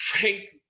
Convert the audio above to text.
Frank